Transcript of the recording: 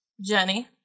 Jenny